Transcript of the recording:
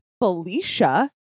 felicia